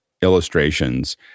illustrations